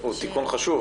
הוא תיקון חשוב,